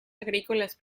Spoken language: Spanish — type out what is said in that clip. agrícolas